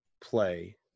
play